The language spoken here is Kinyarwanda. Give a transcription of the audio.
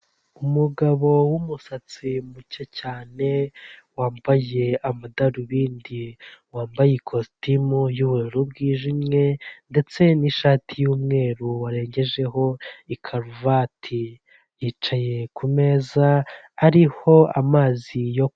umugabo w'umusatsi muke cyane wambaye amadarubindi, wambaye ikositimu y'ubururu bwijimye ndetse nishati y'umweru warengegejeho ikaruvati yicaye kumeza ariho amazi yo...